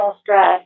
stress